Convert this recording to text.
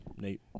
Nate